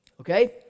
Okay